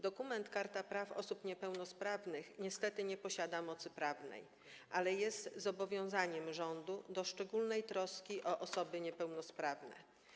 Dokument Karta Praw Osób Niepełnosprawnych niestety nie posiada mocy prawnej, ale jest zobowiązaniem rządu do szczególnej troski o osoby niepełnosprawne.